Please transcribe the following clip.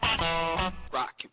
rock